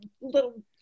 little